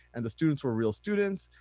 and the students were real students,